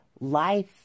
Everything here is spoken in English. Life